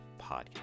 Podcast